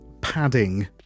padding